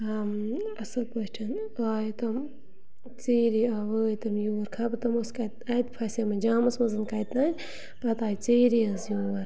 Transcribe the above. آ اَصٕل پٲٹھۍ آے تِم ژیٖری آ وٲتۍ تِم یور خَبر تِم ٲسۍ کَتہِ اَتہِ پھسیمٕتۍ جامَس منٛز کَتہِ تانۍ پَتہٕ آے ژیٖری حظ یور